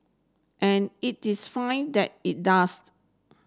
and it is fine that it does